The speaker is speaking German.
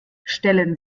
stellen